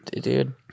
Dude